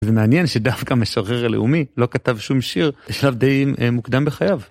זה מעניין שדווקא המשורר הלאומי לא כתב שום שיר בשלב די מוקדם בחייו.